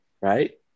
right